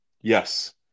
Yes